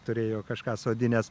turėjo kažką sodinęs